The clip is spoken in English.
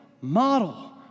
model